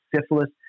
syphilis